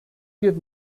give